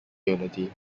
unity